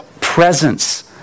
presence